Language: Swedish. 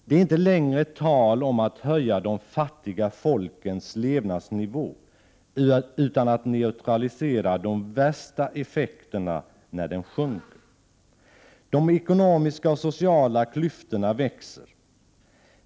Det är inte längre tal om att höja de fattiga folkens levnadsnivå, utan nu gäller det att neutralisera de värsta effekterna när denna nivå sjunker. De ekonomiska och sociala klyftorna växer.